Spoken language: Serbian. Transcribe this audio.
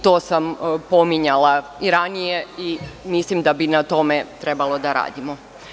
To sam pominjala i ranije i mislim da bi na tome trebalo da radimo.